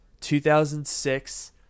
2006